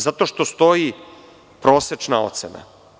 Zato što stoji prosečna ocena.